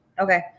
Okay